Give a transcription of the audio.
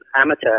amateur